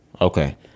Okay